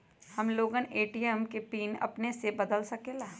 हम लोगन ए.टी.एम के पिन अपने से बदल सकेला?